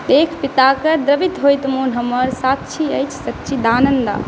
देख पिताके द्रवित होइत मोन हमर साक्षी अछि सचिदानन्दा